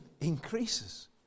increases